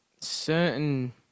certain